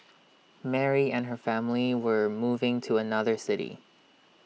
Mary and her family were moving to another city